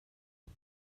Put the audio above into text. att